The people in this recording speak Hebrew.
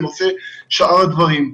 בשאר הדברים.